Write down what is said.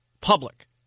public